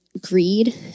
greed